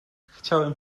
chciałem